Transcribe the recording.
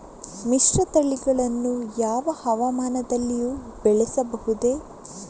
ಮಿಶ್ರತಳಿಗಳನ್ನು ಯಾವ ಹವಾಮಾನದಲ್ಲಿಯೂ ಬೆಳೆಸಬಹುದೇ?